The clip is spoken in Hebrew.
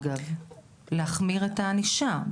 אגב להחמיר את הענישה,